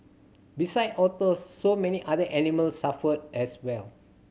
besides otters so many other animals suffer as well